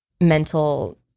mental